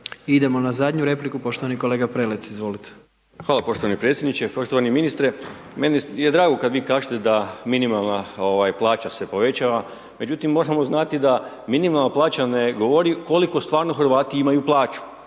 Idemo na zadnju repliku, poštovani kolega Prelec, izvolite. **Prelec, Alen (SDP)** Hvala poštovani predsjedniče, poštovani ministre, meni je drago kad vi kažete da minimalna ovaj plaća se povećava, međutim možemo znati da minimalna plaća ne govori koliko stvarno Hrvati imaju plaću.